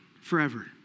forever